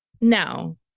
No